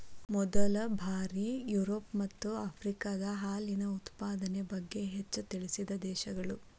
ಮೊದಲ ಬಾರಿ ಯುರೋಪ ಮತ್ತ ಆಫ್ರಿಕಾದಾಗ ಹಾಲಿನ ಉತ್ಪಾದನೆ ಬಗ್ಗೆ ಹೆಚ್ಚ ತಿಳಿಸಿದ ದೇಶಗಳು